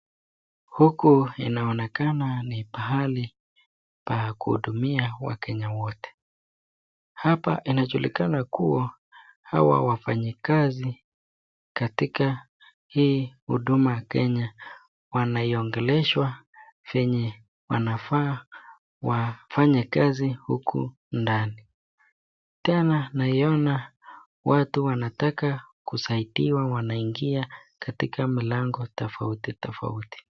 Huku ninaonekana ni pahali pakuhudumia wakenya wote. Hapa inajulikana kuwa hawa wafanyikazi katika hii huduma Kenya wanaiongeleshwa venye wanafaa wafanye kazi huku ndani. Tena naiona watu wanataka kusaidiwa wanaingia katika mlango tofauti.